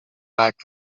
back